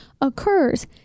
occurs